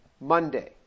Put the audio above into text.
Monday